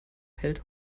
hält